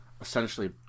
essentially